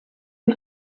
von